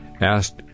asked